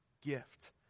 gift